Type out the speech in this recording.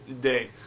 day